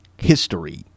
history